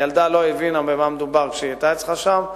הילדה לא הבינה במה מדובר כשהיא היתה אצלך שם.